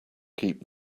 keep